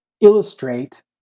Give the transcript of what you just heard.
illustrate